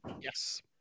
yes